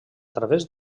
través